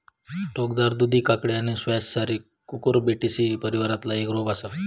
टोकदार दुधी काकडी आणि स्क्वॅश सारी कुकुरबिटेसी परिवारातला एक रोप असा